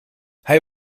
hij